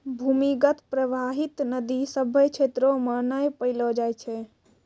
भूमीगत परबाहित नदी सभ्भे क्षेत्रो म नै पैलो जाय छै